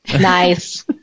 Nice